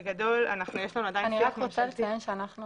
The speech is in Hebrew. אני רוצה לציין שאנחנו